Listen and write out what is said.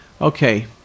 Okay